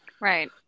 right